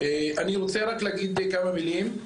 אני רוצה רק להגיד כמה מילים.